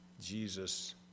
Jesus